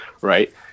right